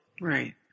Right